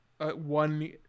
one